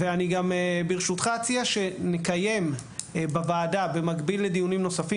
ואני גם ברשותך אציע שנקיים בוועדה במקביל לדיונים נוספים,